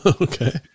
Okay